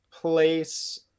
Place